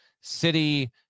city